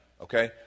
Okay